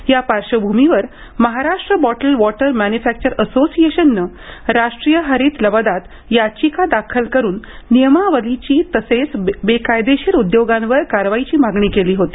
या पार्श्वभूमीवर Maharashtra bottle water manufacture असोसिएशननं राष्ट्रीय हरित लवादात याचिका दाखल करून नियमावलीची तसेच बेकायदेशीर उद्योगांवर कारवाईची मागणी केली होती